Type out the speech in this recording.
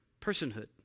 personhood